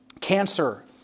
Cancer